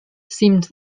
seemed